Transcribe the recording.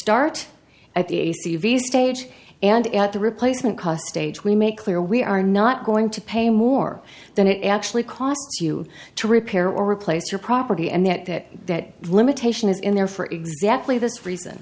start at the a c v stage and at the replacement cost stage we make clear we are not going to pay more than it actually costs you to repair or replace your property and that that that limitation is in there for exactly this reason